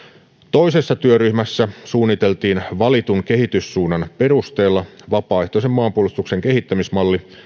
toisessa työryhmässä suunniteltiin valitun kehityssuunnan perusteella vapaaehtoisen maanpuolustuksen kehittämismalli